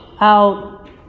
out